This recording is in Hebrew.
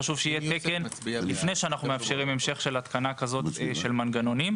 חשוב שיהיה תקן לפני שאנחנו מאפשרים המשך של התקנה כזאת של מנגנונים.